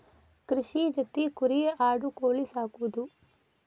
ಕೃಷಿ ಜೊತಿ ಕುರಿ ಆಡು ಕೋಳಿ ಸಾಕುದು